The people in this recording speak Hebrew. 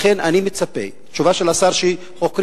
לכן אני מצפה התשובה של השר היא שחוקרים.